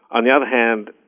on the other hand,